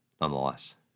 Nonetheless